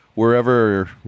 wherever